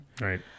Right